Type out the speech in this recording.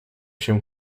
się